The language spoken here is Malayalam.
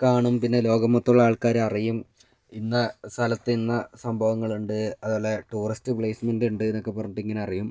കാണും പിന്നെ ലോകം മൊത്തമുള്ള ആൾക്കാർ അറിയും ഇന്ന സ്ഥലത്ത് ഇന്ന സംഭവങ്ങൾ ഉണ്ട് അതുപോലെ ടൂറിസ്റ്റ് പ്ലേസ്മെൻ്റ് ഉണ്ട് എന്നൊക്ക പറഞ്ഞിട്ട് അങ്ങനെ അറിയും